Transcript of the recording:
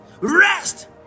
rest